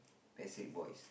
Backstreet Boys